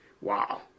wow